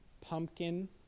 pumpkin